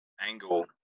angle